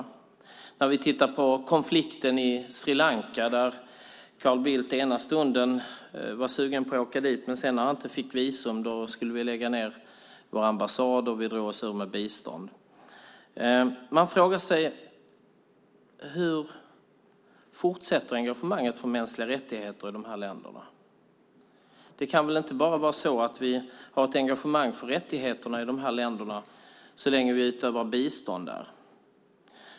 Vi kan titta på konflikten i Sri Lanka. Carl Bildt var ena stunden sugen på att åka, men när han inte fick visum skulle vi lägga ned vår ambassad och dra in biståndet. Man frågar sig: Hur fortsätter engagemanget för mänskliga rättigheter i de här länderna? Det kan väl inte vara så att vi har ett engagemang för rättigheterna i dessa länder bara så länge vi lämnar bistånd där?